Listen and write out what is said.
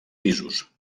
pisos